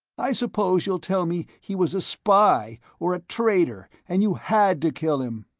i suppose you'll tell me he was a spy or a traitor and you had to kill him!